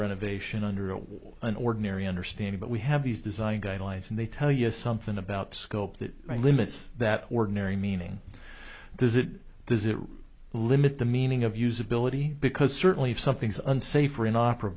renovation under an ordinary understanding but we have these design guidelines and they tell us something about scope that limits that ordinary meaning does it does it limit the meaning of usability because certainly if something's unsafe or inopera